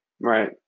right